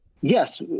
Yes